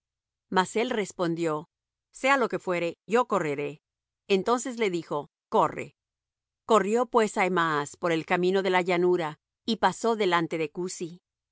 mas él respondió sea lo que fuere yo correré entonces le dijo corre corrió pues ahimaas por el camino de la llanura y pasó delante de cusi